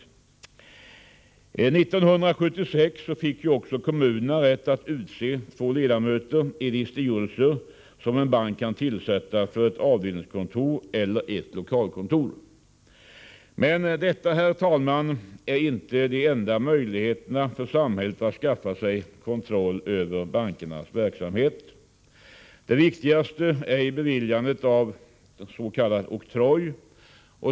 1976 fick också kommunerna rätt att utse två ledamöter i de styrelser som en bank kan tillsätta för ett avdelningskontor eller för ett lokalkontor. Men detta, herr talman, är inte de enda möjligheterna för samhället att skaffa sig kontroll över bankernas verksamhet. Det viktigaste är beviljandet av s.k. oktroj.